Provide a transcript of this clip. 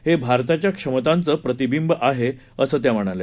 हेभारताच्याक्षमतांचंप्रतिबिंबआहेअसंत्याम्हणाल्या